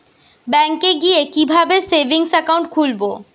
ব্যাঙ্কে গিয়ে কিভাবে সেভিংস একাউন্ট খুলব?